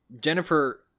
Jennifer